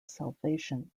salvation